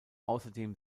außerdem